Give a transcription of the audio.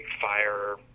fire